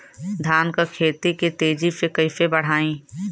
धान क खेती के तेजी से कइसे बढ़ाई?